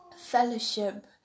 fellowship